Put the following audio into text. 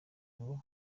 ngo